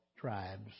tribes